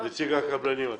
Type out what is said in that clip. נציג הקבלנים.